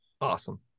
Awesome